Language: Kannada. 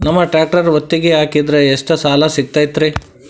ನಮ್ಮ ಟ್ರ್ಯಾಕ್ಟರ್ ಒತ್ತಿಗೆ ಹಾಕಿದ್ರ ಎಷ್ಟ ಸಾಲ ಸಿಗತೈತ್ರಿ?